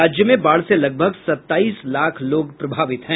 राज्य में बाढ़ से लगभग सताईस लाख लोग प्रभावित हुए हैं